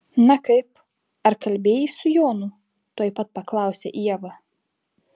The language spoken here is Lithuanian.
na kaip ar kalbėjai su jonu tuoj pat paklausė ieva